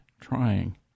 trying